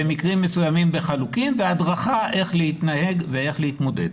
במקרים מסוימים בחלוקים והדרכה איך להתנהג ואיך להתמודד.